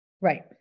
Right